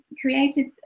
created